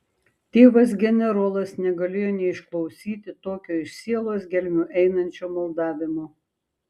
tėvas generolas negalėjo neišklausyti tokio iš sielos gelmių einančio maldavimo